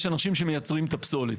יש אנשים שמייצרים את הפסולת,